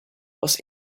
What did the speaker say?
was